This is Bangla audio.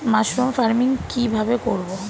মাসরুম ফার্মিং কি ভাবে করব?